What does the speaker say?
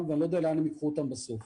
ואני לא יודע לאן הם יקחו אותם בסוף.